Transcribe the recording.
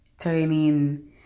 turning